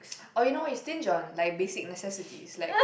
oh you know what you stinge on like basic necessities like